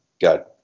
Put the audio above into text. got